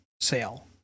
sale